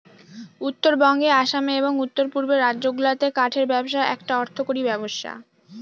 উত্তরবঙ্গে আসামে এবং উত্তর পূর্বের রাজ্যগুলাতে কাঠের ব্যবসা একটা অর্থকরী ব্যবসা